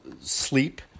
sleep